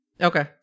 Okay